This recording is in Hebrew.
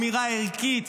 אמירה ערכית,